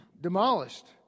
demolished